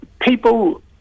people